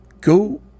Go